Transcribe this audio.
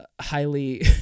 highly